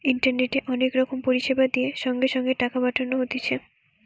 ইন্টারনেটে অনেক রকম পরিষেবা দিয়ে সঙ্গে সঙ্গে টাকা পাঠানো হতিছে